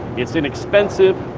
it's inexpensive,